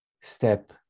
step